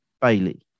Bailey